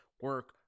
Work